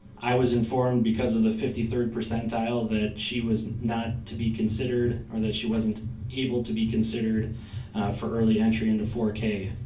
i was informed because of the fifty third percentile that she was not to be considered, or that she wasn't able to be considered for early entry into four k.